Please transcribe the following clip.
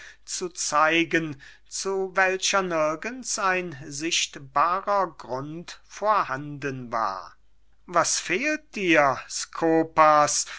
zu zeigen zu welcher nirgends ein sichtbarer grund vorhanden war was fehlt dir skopas